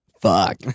Fuck